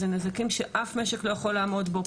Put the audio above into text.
אלה נזקים שאף משק לא יכול לעמוד בהם.